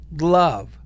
love –